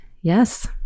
Yes